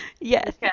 Yes